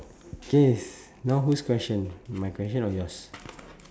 K now whose question my question or yours